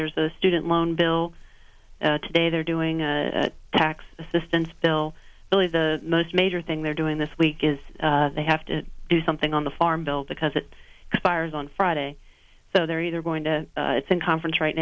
there's a student loan bill today they're doing tax assistance bill really the most major thing they're doing this week is they have to do something on the farm bill because it fires on friday so they're either going to conference right